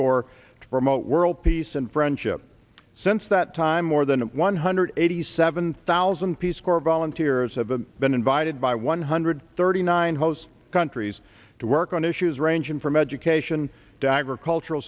corps to promote world peace and friendship since that time more than one hundred eighty seven thousand peace corps volunteers have been invited by one hundred thirty the nine host countries to work on issues ranging from education dagr cultural